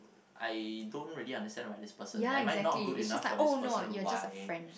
I don't really understand about this person am I not good enough for this person why